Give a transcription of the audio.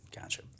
gotcha